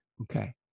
okay